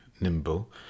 nimble